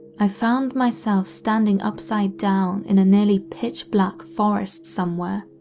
i found myself standing upside down in a nearly pitch black forest somewhere.